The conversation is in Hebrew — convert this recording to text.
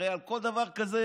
הרי על כל דבר כזה,